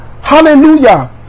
Hallelujah